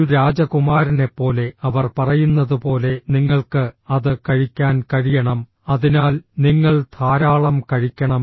ഒരു രാജകുമാരനെപ്പോലെ അവർ പറയുന്നതുപോലെ നിങ്ങൾക്ക് അത് കഴിക്കാൻ കഴിയണം അതിനാൽ നിങ്ങൾ ധാരാളം കഴിക്കണം